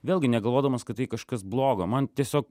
vėlgi negalvodamas kad tai kažkas blogo man tiesiog